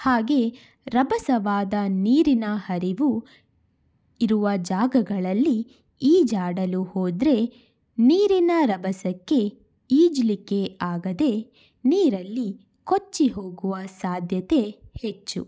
ಹಾಗೆ ರಭಸವಾದ ನೀರಿನ ಹರಿವು ಇರುವ ಜಾಗಗಳಲ್ಲಿ ಈಜಾಡಲು ಹೋದರೆ ನೀರಿನ ರಭಸಕ್ಕೆ ಈಜಲಿಕ್ಕೆ ಆಗದೆ ನೀರಲ್ಲಿ ಕೊಚ್ಚಿ ಹೋಗುವ ಸಾಧ್ಯತೆ ಹೆಚ್ಚು